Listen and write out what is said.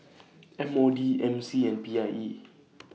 M O D M C and P I E